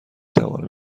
توانم